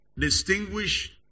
distinguish